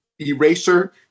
eraser